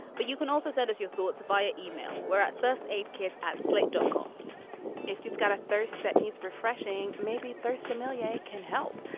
but you can also send us your thoughts via email where at least eight kids at slate dunkel. if you've got a thirst that needs refreshing. maybe third, somalia can help.